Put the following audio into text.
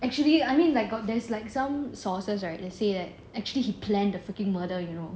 actually I mean like got there's like some sources that say like actually he plan the freaking murder you know